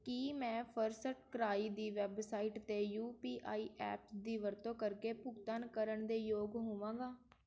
ਕੀ ਮੈਂ ਫ਼ਰਸਟਕ੍ਰਾਈ ਦੀ ਵੈੱਬਸਾਈਟ 'ਤੇ ਯੂ ਪੀ ਆਈ ਐਪਸ ਦੀ ਵਰਤੋਂ ਕਰਕੇ ਭੁਗਤਾਨ ਕਰਨ ਦੇ ਯੋਗ ਹੋਵਾਂਗਾ